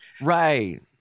right